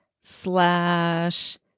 slash